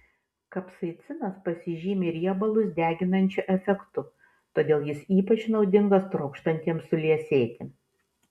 kapsaicinas pasižymi riebalus deginančiu efektu todėl jis ypač naudingas trokštantiems suliesėti